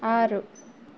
ಆರು